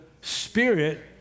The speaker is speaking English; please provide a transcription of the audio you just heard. Spirit